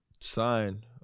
signed